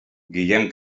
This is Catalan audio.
guillem